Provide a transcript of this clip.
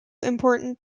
important